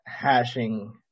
hashing